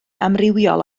amrywiol